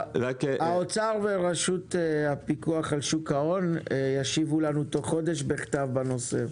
האוצר ורשות הפיקוח על שוק ההון ישיבו לנו תוך חודש בכתב בנושא.